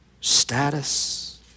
status